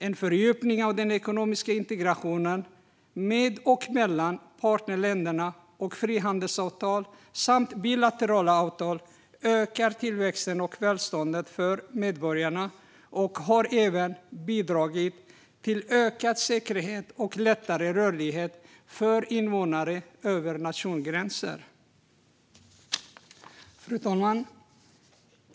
En fördjupning av den ekonomiska integrationen med och mellan partnerländerna, frihandelsavtal och bilaterala avtal ökar tillväxten och välståndet för medborgarna och har även bidragit till ökad säkerhet och lättare rörlighet för invånare över nationsgränser. Fru talman!